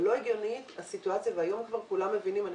אבל היום כבר כולם מבינים שהסיטואציה לא הגיונית.